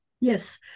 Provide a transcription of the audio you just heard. Yes